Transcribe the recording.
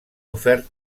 ofert